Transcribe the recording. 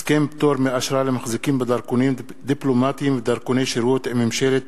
הסכם פטור מאשרה למחזיקים בדרכונים דיפלומטיים ובדרכוני שירות עם ממשלת